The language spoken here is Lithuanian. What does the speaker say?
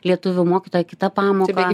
lietuvių mokytoja kitą pamoką